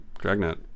dragnet